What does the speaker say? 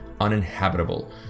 uninhabitable